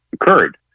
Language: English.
occurred